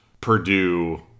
purdue